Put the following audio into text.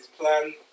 plan